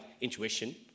intuition